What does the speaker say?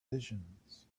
visions